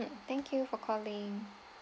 mm thank you for calling